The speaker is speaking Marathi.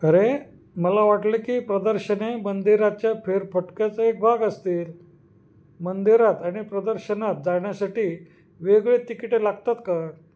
अरे मला वाटलं की प्रदर्शने मंदिराच्या फेरफटक्याचा एक भाग असतील मंदिरात आणि प्रदर्शनात जाण्यासाठी वेगळे तिकिटे लागतात का